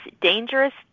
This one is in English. Dangerous